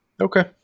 Okay